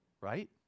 right